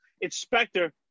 inspector